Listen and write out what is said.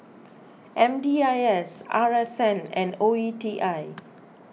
M D I S R S N and O E T I